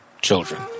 children